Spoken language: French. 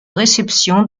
réceptions